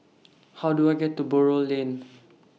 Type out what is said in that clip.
How Do I get to Buroh Lane